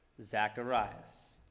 Zacharias